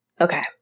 Okay